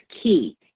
key